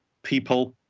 people,